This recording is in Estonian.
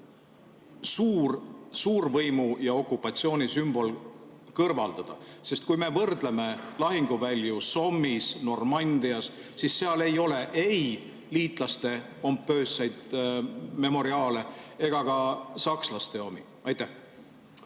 suurvõimu ja okupatsiooni sümbol kõrvaldada? Kui me vaatame lahinguvälju Somme'is ja Normandias, siis seal ei ole ei liitlaste pompoosseid memoriaale ega ka sakslaste omi. Hea